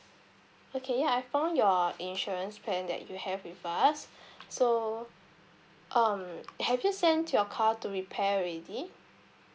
okay ya I've found your insurance plan that you have with us so um have you sent your car to repair already